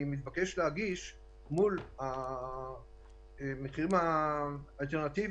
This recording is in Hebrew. מתבקש להגיש מול המחירים האלטרנטיביים,